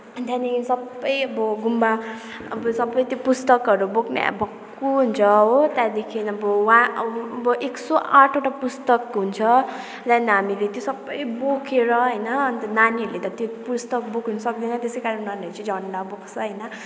अनि त्यहाँदेखि सबै अब गुम्बा अब सबै त्यो पुस्तकहरू बोक्ने अब भक्कु हुन्छ हो त्यहाँदेखि अब वा अब एक सौ आठवटा पुस्तक हुन्छ त्यहाँदेखि हामीले त्यो सबै बोकेर होइन अन्त नानीहरूले त त्यो पुस्तक बोक्नु सक्दैन त्यसै कारण उनीहरूले चाहिँ झन्डा बोक्छ होइन